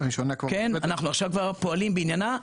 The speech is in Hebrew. אנחנו עכשיו פועלים בעניינה,